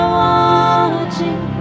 watching